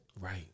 Right